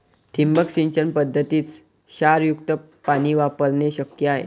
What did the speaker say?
ठिबक सिंचन पद्धतीत क्षारयुक्त पाणी वापरणे शक्य आहे